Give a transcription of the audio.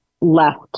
left